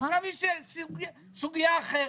עכשיו יש סוגיה אחרת,